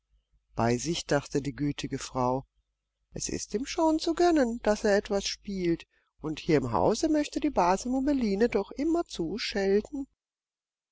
bei sich dachte die gütige frau es ist ihm schon zu gönnen daß er etwas spielt und hier im hause möchte die base mummeline doch immerzu schelten